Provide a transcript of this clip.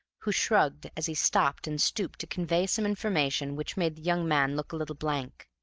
who shrugged as he stopped and stooped to convey some information which made the young man look a little blank.